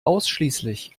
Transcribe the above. ausschließlich